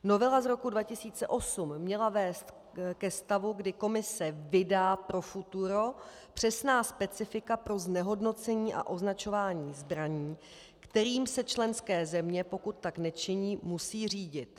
Novela z roku 2008 měla vést ke stavu, kdy Komise vydá pro futuro přesná specifika pro znehodnocení a označování zbraní, kterými se členské země, pokud tak nečiní, musí řídit.